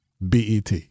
BET